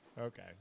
Okay